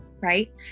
right